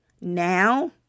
now